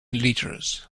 litres